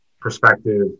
perspective